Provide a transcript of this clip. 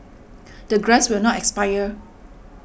the grants will not expire